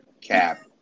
Cap